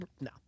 no